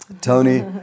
Tony